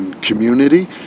community